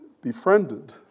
befriended